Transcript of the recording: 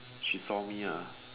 she saw me ah